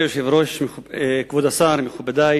כבוד היושב-ראש, כבוד השר, מכובדי